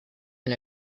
and